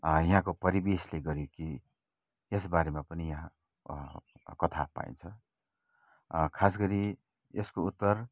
यहाँको परिवेशले गर्यो कि यस बारेमा पनि यहाँ कथा पाइन्छ खास गरी यसको उत्तर